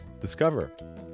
discover